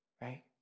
right